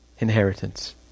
inheritance